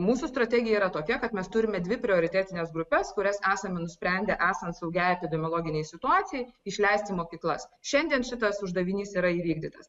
mūsų strategija yra tokia kad mes turime dvi prioritetines grupes kurias esame nusprendę esant saugiai epidemiologinei situacijai išleisti mokyklas šiandien šitas uždavinys yra įvykdytas